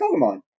Pokemon